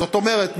זאת אומרת,